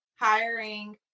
hiring